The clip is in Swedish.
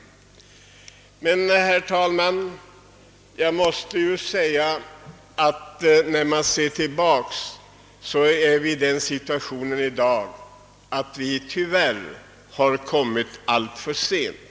Men, herr talman, tyvärr tror jag att dessa åtgärder sätts in alltför sent.